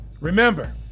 remember